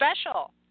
special